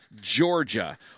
Georgia